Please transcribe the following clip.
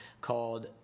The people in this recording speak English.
called